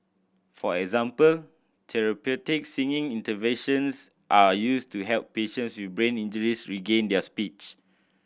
for example therapeutic singing interventions are used to help patients with brain injuries regain their speech